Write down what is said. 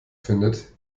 findet